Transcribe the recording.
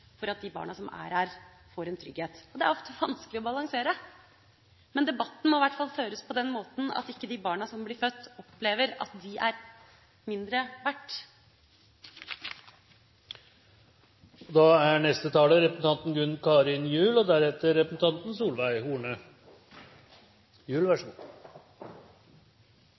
for at de barna som er her, får en trygghet. Det er ofte vanskelig å balansere, men debatten må i hvert fall føres på den måten at ikke de barna som blir født, opplever at de er mindre verdt. Jeg er glad for at vi får lov til å diskutere en så